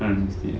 hundred sixty ah